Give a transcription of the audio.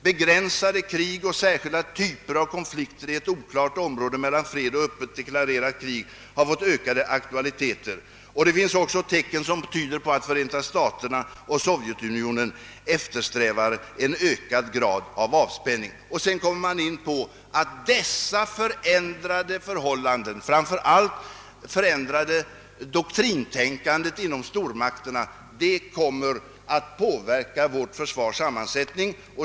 Begränsade krig och särskilda typer av konflikter i ett oklart område av fred och öppet deklarerade krig har fått ökad aktualitet. Det finns också tecken som tyder på att Förenta staterna och Sovjetunionen eftersträvar en ökad grad av avspänning.» Sedan kommer man in på att dessa förändrade förhållanden, framför allt det förändrade doktrintänkandet hos stormakterna, kommer att påverka vårt försvars sammansättning.